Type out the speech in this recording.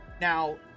Now